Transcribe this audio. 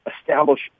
establish